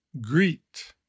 greet